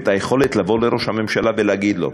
ואת היכולת לבוא לראש הממשלה ולהגיד לו: